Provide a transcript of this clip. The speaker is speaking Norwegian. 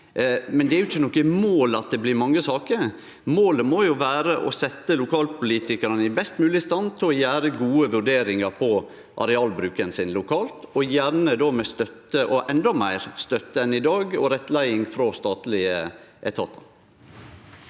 Men det er ikkje noko mål at det blir mange saker. Målet må jo vere å setje lokalpolitikarane i best mogleg stand til å gjere gode vurderingar på arealbruken lokalt, og gjerne då med støtte – og endå meir støtte enn i dag – og rettleiing frå statlege etatar.